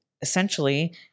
essentially